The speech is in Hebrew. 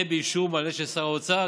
יהיה באישור מלא של שר האוצר.